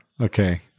okay